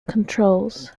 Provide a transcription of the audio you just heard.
controls